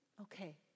Okay